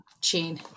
chain